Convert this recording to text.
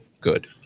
good